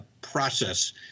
process